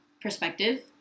perspective